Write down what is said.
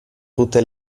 tutte